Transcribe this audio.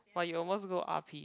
but you almost go R_P